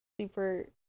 super